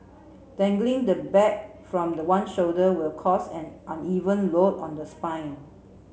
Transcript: dangling the bag from the one shoulder will cause an uneven load on the spine